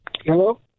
Hello